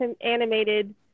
animated